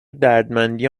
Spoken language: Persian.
دردمندی